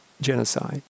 genocide